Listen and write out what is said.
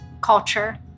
culture